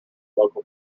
local